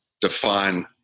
define